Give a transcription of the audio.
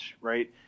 right